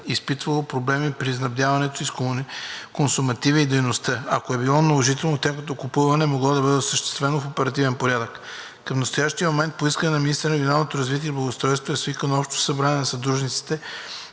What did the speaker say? изпитвало проблеми при снабдяването си с консумативи за дейността. Ако е било наложително, тяхното купуване е могло да се осъществи в оперативен порядък. Към настоящия момент по искане на министъра на регионалното развитие и благоустройството е свикано Общо събрание на съдружниците